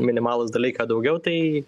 minimalūs dalyką daugiau tai